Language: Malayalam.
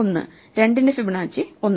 2 ന്റെ ഫിബൊനാച്ചി 1